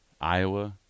Iowa